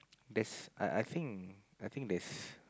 that's I I think I think that's